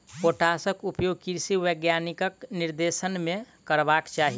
पोटासक उपयोग कृषि वैज्ञानिकक निर्देशन मे करबाक चाही